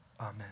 amen